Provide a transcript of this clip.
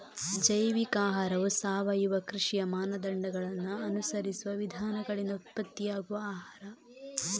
ಜೈವಿಕ ಆಹಾರವು ಸಾವಯವ ಕೃಷಿಯ ಮಾನದಂಡಗಳನ್ನ ಅನುಸರಿಸುವ ವಿಧಾನಗಳಿಂದ ಉತ್ಪತ್ತಿಯಾಗುವ ಆಹಾರ